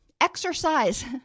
Exercise